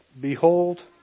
behold